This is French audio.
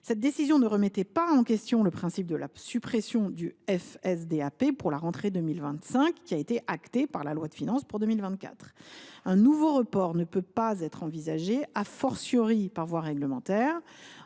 Cette décision ne remettait cependant pas en question le principe de la suppression du FSDAP pour la rentrée 2025, qui a été acté dans la loi de finances pour 2024. Un nouveau report ne peut pas être envisagé, par la voie réglementaire.